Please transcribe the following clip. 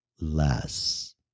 less